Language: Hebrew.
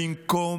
במקום